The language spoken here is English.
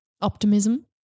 optimism